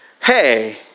Hey